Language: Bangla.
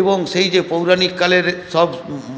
এবং সেই যে পৌরাণিককালের সব